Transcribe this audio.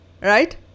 right